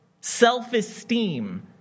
self-esteem